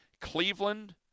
Cleveland